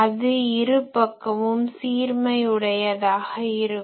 அது இரு பக்கமும் சீர்மை உடையதாக இருக்கும்